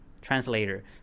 translator